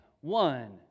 one